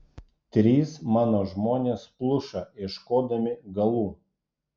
trys mano žmonės pluša ieškodami galų